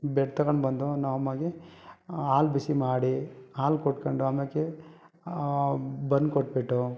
bread ತಗೊಂಡು ಬಂದು ನಮ್ಮಮ್ಮಗೆ ಹಾಲು ಬಿಸಿ ಮಾಡಿ ಹಾಲು ಕುಡ್ಕೊಂಡು ಆಮ್ಯಾಕೆ ಬನ್ ಕೊಟ್ಬಿಟ್ಟು